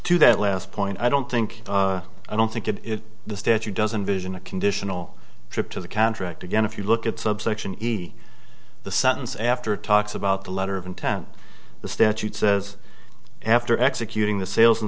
to that last point i don't think i don't think of it the statute doesn't vision a conditional trip to the contract again if you look at subsection e the sentence after talks about the letter of intent the statute says after executing the sales and